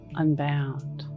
unbound